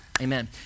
Amen